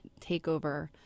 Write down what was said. takeover